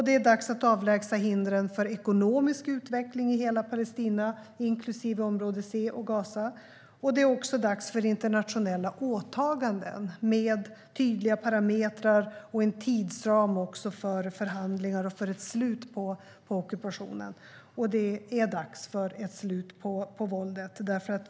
Det är dags att avlägsna hindren för ekonomisk utveckling i hela Palestina, inklusive område C och Gaza. Det är också dags för internationella åtaganden med tydliga parametrar och en tidsram för förhandlingar och för ett slut på ockupationen. Det är dags för ett slut på våldet.